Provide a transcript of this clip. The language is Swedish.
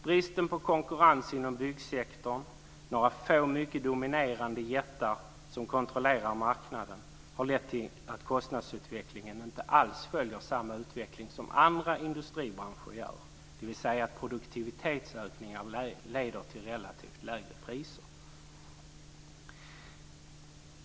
Bristen på konkurrens inom byggsektorn, med några få dominerande jättar som konkurrerar marknaden, har lett till att kostnadsutvecklingen inte alls följer samma utveckling som andra industribranscher, dvs. att produktivitetsökningar leder till relativt lägre priser.